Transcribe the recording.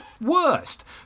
worst